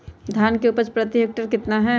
धान की उपज प्रति हेक्टेयर कितना है?